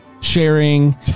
sharing